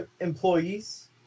employees